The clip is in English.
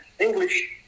English